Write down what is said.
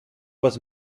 was